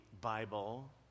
Bible